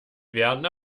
werden